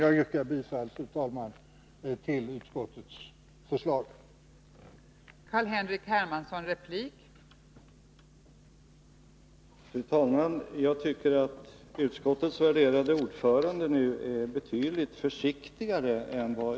Jag yrkar bifall till utskottets hemställan.